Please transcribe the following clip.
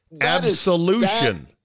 absolution